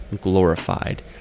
glorified